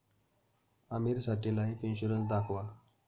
आमीरसाठी life insurance दाखवा